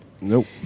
Nope